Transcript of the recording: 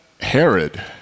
Herod